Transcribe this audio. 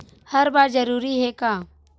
हर बार जरूरी हे का?